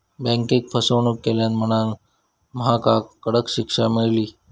बँकेक फसवणूक केल्यान म्हणांन महकाक कडक शिक्षा मेळली